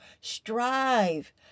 Strive